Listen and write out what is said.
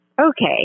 okay